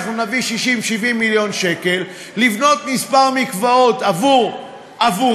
אנחנו נביא 60 70 מיליון שקל לבנות כמה מקוואות עבורם,